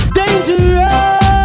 dangerous